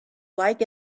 like